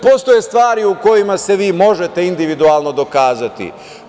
Postoje stvari u kojima se vi možete individualno dokazati.